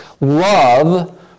love